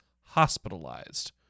hospitalized